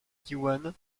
diwan